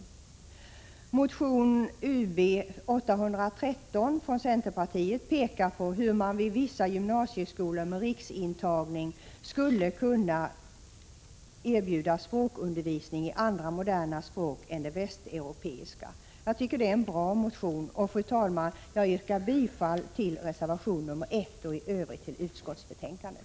I motion Ub813 från centerpartiet framgår hur man vid vissa gymnasieskolor med riksintagning skulle kunna erbjuda språkundervisning i andra moderna språk än de västeuropeiska. Jag tycker att det är en bra motion. Fru talman! Jag yrkar bifall till reservation 1 och i övrigt till hemställan i utskottsbetänkandet.